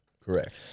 Correct